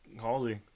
Halsey